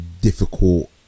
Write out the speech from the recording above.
difficult